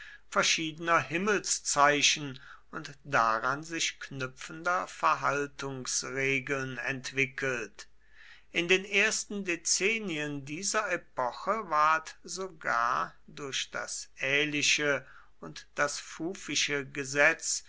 verschiedener himmelszeichen und daran sich knüpfender verhaltungsregeln entwickelt in den ersten dezennien dieser epoche ward sogar durch das älische und das fufische gesetz